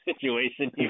situation